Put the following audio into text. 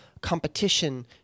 competition